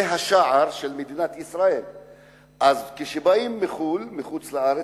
זה השער של מדינת ישראל, כשבאים מחוץ-לארץ,